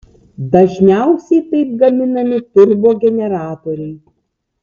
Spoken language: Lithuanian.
dažniausiai taip gaminami turbogeneratoriai